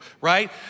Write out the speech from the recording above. right